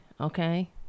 Okay